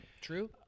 true